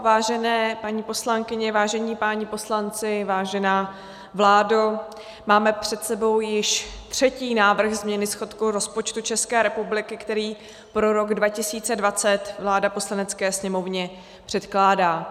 Vážené paní poslankyně, vážení páni poslanci, vážená vládo, máme před sebou již třetí návrh změny schodku rozpočtu ČR, který pro rok 2020 vláda Poslanecké sněmovně předkládá.